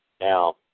Now